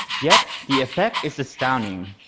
yet the effect is astounding.